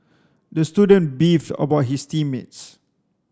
the student beefed about his team mates